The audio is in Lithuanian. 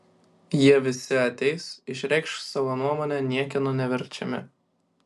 jie visi ateis išreikš savo nuomonę niekieno neverčiami